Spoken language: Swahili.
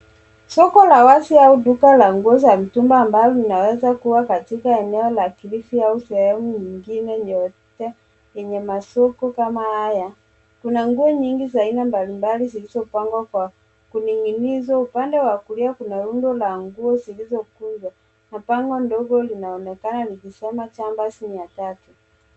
Soko la wazi au duka la nguo za mtumba ambalo linaweza kuwa katika emeo la Kilifi au sehemu nyingine yeyote yenye masoko kama haya. Kuna nguo nyingi za aina mbalimbali zilizopangwa kwa kuning'inizwa. Upande wa kulia kuna rundo la nguo zilizokunjwa na bango dogo linaonekana likisoma Jumpers ni 300.